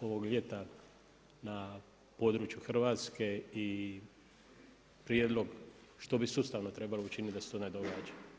ovog ljeta na području Hrvatske i prijedlog što bi sustavno trebalo učiniti da se to ne događa.